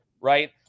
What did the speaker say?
right